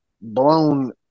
blown